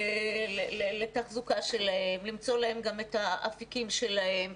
לתחזוקה שלהם, למצוא להם גם את האפיקים שלהם.